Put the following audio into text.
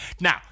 Now